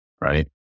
right